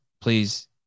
Please